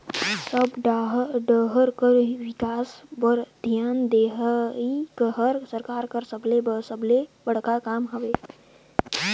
सब डाहर कर बिकास बर धियान देहई हर सरकार कर सबले सबले बड़खा काम हवे